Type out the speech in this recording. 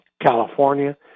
California